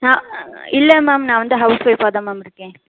இல்லை மேம் நான் வந்து ஹவுஸ் ஒய்ஃபாக தான் மேம் இருக்கேன்